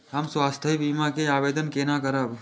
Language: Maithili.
हम स्वास्थ्य बीमा के आवेदन केना करब?